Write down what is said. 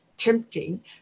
Tempting